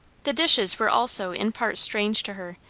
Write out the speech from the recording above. the dishes were also in part strange to her,